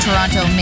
Toronto